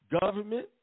government